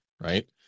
right